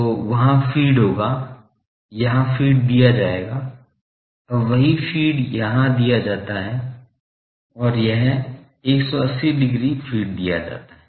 तो वहाँ फ़ीड होगा यहाँ फ़ीड दिया जाएगा अब वही फ़ीड यहाँ दिया जाता है और यह 180 डिग्री फ़ीड दिया जाता है